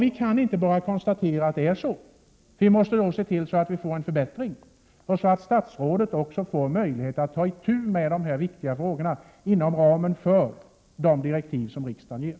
Vi kan inte bara konstatera att det är så. Vi måste se till att få en förbättring till stånd, så att statsrådet får möjlighet att ta itu med dessa viktiga frågor inom ramen för de direktiv som riksdagen ger.